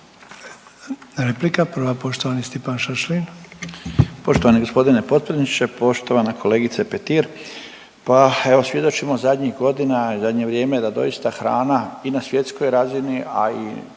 Replika prva, poštovani Stipan Šašlin.